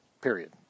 Period